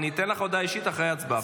אני אתן לך הודעה אישית אחרי ההצבעה.